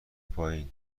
پایین